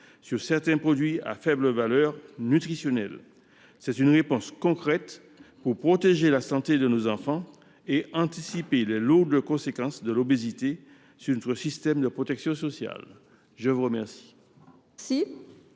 sur certains produits à faible valeur nutritionnelle. C’est une réponse concrète pour protéger la santé de nos enfants et anticiper les lourdes conséquences de l’obésité sur notre système de protection sociale. L’amendement